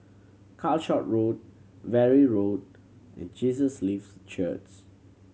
Calshot Road Valley Road and Jesus Lives Church